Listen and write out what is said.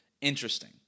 interesting